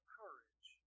courage